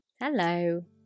Hello